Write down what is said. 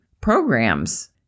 programs